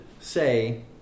say